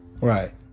Right